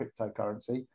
cryptocurrency